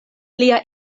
lia